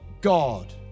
God